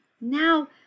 Now